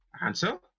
Answer